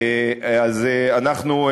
אנחנו,